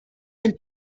del